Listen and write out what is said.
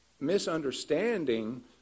misunderstanding